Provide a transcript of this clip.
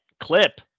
clip